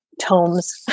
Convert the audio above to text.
tomes